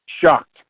shocked